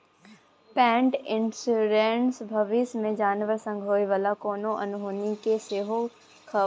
पेट इन्स्योरेन्स भबिस मे जानबर संग होइ बला कोनो अनहोनी केँ सेहो कवर करै छै